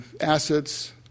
assets